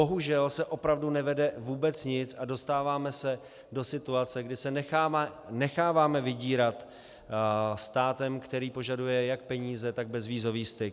Bohužel se opravdu nevede vůbec nic a dostáváme se do situace, kdy se necháváme vydírat státem, který požaduje jak peníze, tak bezvízový styk.